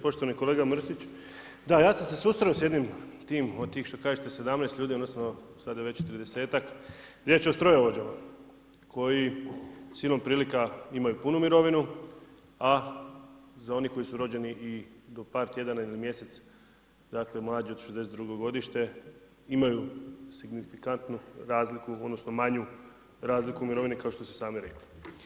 Poštovani kolega Mrsić, da, ja sam se susreo s jednim tim od tih što kažete 17 ljudi, odnosno sad je već tridesetak, riječ je o strojovođama koji silom prilika imaju punu mirovinu, a za one koje su rođeni i do par tjedana i na mjesec, dakle mlađi od '62. godišta imaju signifikantnu razliku odnosno manju razliku u mirovini kao što ste sami rekli.